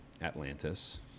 Atlantis